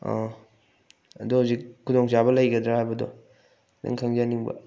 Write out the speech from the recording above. ꯑꯥꯎ ꯑꯗꯣ ꯍꯧꯖꯤꯛ ꯈꯨꯗꯣꯡ ꯆꯥꯕ ꯂꯩꯒꯗ꯭ꯔꯥ ꯍꯥꯏꯕꯗꯣ ꯈꯤꯇꯪ ꯈꯪꯖꯅꯤꯡꯕ